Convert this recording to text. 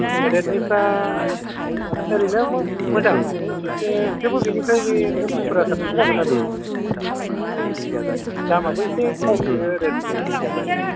रेडमिफ्रा ओरैनो मोजां एसे थेवबो बेनिफ्रा बे अफ'फ्रा साबसिन जागोन आरो उम दामाबो एसे खम बियो रेडमिआ मानि